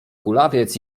kulawiec